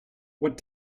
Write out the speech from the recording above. what